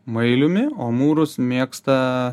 mailiumi o amūrus mėgsta